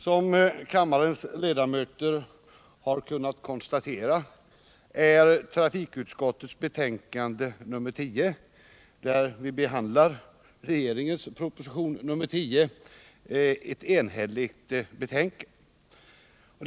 Som kammarens ledamöter har kunnat konstatera är trafikutskottets betänkande nr 10, där vi behandlar regeringens proposition nr 10, ett enhälligt betänkande.